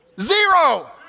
Zero